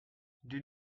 did